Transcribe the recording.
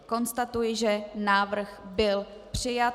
Konstatuji, že návrh byl přijat.